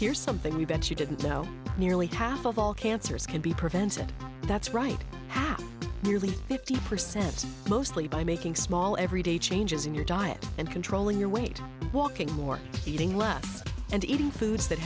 here something we bet you didn't know nearly half of all cancers can be prevented that's right half nearly fifty percent mostly by making small everyday changes in your diet and controlling your weight walking more eating less and eating foods that